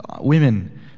women